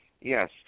Yes